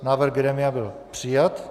Návrh grémia byl přijat.